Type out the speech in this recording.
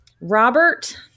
Robert